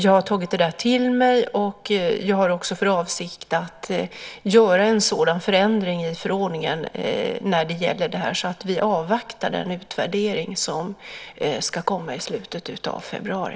Jag har också för avsikt att göra en förändring i förordningen, men vi avvaktar den utvärdering som ska komma i slutet av februari.